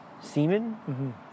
semen